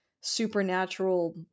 supernatural